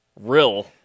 real